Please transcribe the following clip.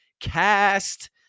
Cast